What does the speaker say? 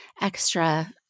extra